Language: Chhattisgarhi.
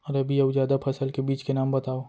रबि अऊ जादा फसल के बीज के नाम बताव?